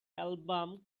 album